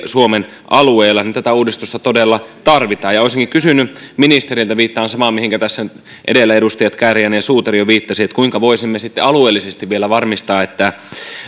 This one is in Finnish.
suomen eri alueilla tätä uudistusta todella tarvitaan olisinkin kysynyt ministereiltä viittaan samaan mihinkä tässä edellä edustajat kääriäinen ja suutari jo viittasivat kuinka voisimme sitten alueellisesti vielä varmistaa että